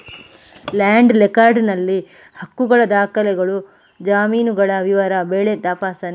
land record ನಲ್ಲಿ ಹಕ್ಕುಗಳ ದಾಖಲೆಗಳು, ಜಮೀನುಗಳ ವಿವರ, ಬೆಳೆ ತಪಾಸಣೆ ಇತ್ಯಾದಿಗಳು ಉಲ್ಲೇಖವಾಗಿರುತ್ತದೆ